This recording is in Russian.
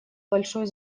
большой